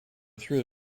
through